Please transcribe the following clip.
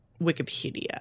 Wikipedia